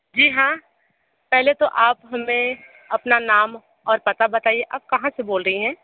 जी हाँ पहले तो आप हमें अपना नाम और पता बताइए आप कहाँ से बोल रही हैं